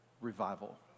revival